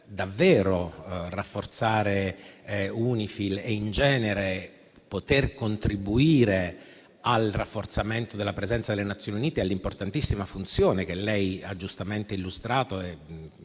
davvero rafforzare e in genere poter contribuire al rafforzamento della presenza delle Nazioni Unite e all'importantissima funzione che lei ha giustamente illustrato e